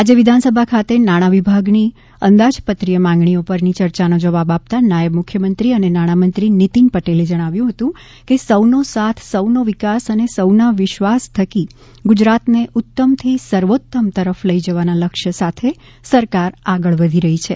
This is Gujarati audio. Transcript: આજે વિધાનસભા ખાતે નાણાં વિભાગની અંદાજપત્રીય માંગણીઓ પરની યર્યાનો જવાબ આપતા નાયબ મુખ્યમંત્રી અને નાણાંમંત્રી નીતિન પટેલે જણાવ્યું હતું કે સૌનો સાથ સૌનો વિકાસ અને સૌના વિશ્વાસ થકી ગુજરાતને ઉત્તમથી સર્વોત્તમ તરફ લઈ જવાના લક્ષ્ય સાથે સરકાર આગળ વધી રહી છે